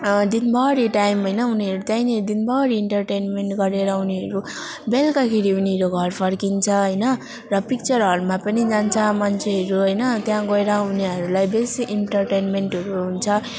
दिनभरि टाइम होइन उनीहरू त्यहीँनिर दिनभरि इन्टरटेन्मेन्ट गरेर उनीहरू बेलुकाखेरि उनीहरू घर फर्किन्छ होइन र पिक्चर हलमा पनि जान्छ मान्छेहरू होइन त्यहाँ गएर उनीहरूलाई बेसी इन्टरटेन्मेन्टहरू हुन्छ